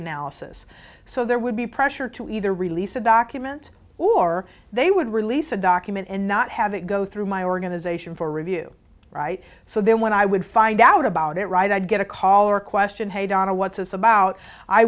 analysis so there would be pressure to either release a document or they would release a document and not have it go through my organization for review right so then when i would find out about it right i'd get a call or question hey donna what's this about i